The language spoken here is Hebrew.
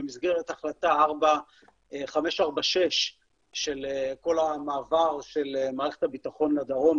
במסגרת החלטה 546 של כל המעבר של מערכת הביטחון לדרום,